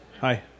Hi